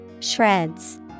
Shreds